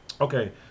Okay